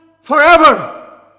forever